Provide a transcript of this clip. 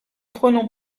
prenons